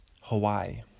Hawaii